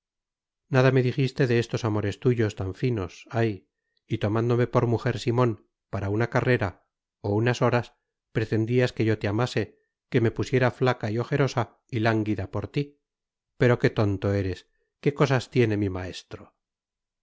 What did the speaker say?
nada me dijiste de estos amores tuyos tan finos ay y tomándome por mujer simón para una carrera o unas horas pretendías que yo te amase que me pusiera flaca y ojerosa y lánguida por ti pero qué tonto eres qué cosas tiene mi maestro